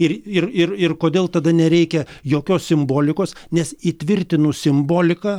ir ir ir ir kodėl tada nereikia jokios simbolikos nes įtvirtinus simboliką